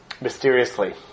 mysteriously